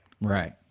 Right